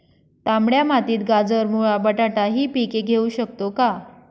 तांबड्या मातीत गाजर, मुळा, बटाटा हि पिके घेऊ शकतो का?